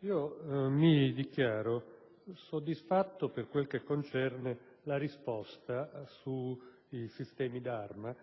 mi dichiaro soddisfatto per quello che concerne la risposta sui sistemi d'arma;